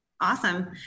Awesome